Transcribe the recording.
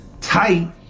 tight